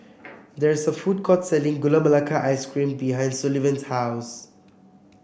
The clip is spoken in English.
there is a food court selling Gula Melaka Ice Cream behind Sullivan's house